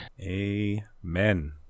Amen